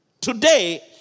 Today